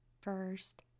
first